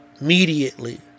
immediately